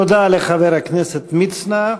תודה לחבר הכנסת מצנע.